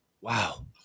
Wow